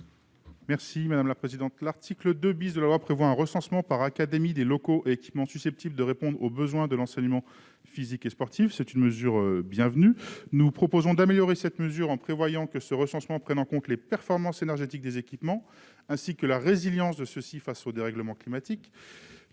2 de la proposition de loi prévoit un recensement par académie des locaux et équipements susceptibles de répondre aux besoins de l'enseignement physique et sportif. Cette mesure est bienvenue. Nous proposons de l'améliorer en prévoyant que le recensement prenne en compte les performances énergétiques des équipements et leur résilience face aux dérèglements climatiques.